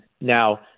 now